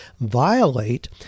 violate